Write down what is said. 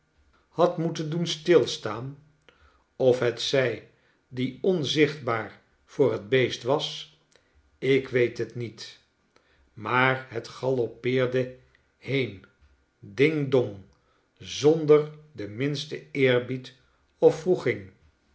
had moeten doen stilstaan of hetzij die onzichtbaarvoor het beest was ik weet het niet maar het galoppeerde heen ding dong zonder den minsten eerbied of